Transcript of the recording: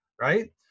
Right